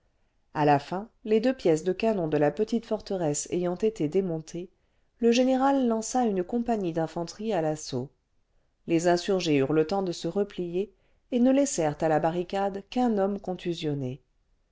a la fin les deux pièces de canon de la petite forteresse ayant été démontées le général lança une compagnie d'infanterie à l'assaut les insurgés eurent le temps de se replier et ne laissèrent à la barricade qu'un homme